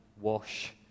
wash